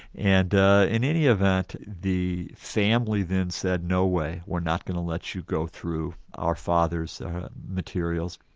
and in any event, the family then said no way, we're not going to let you go through our father's materials,